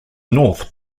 north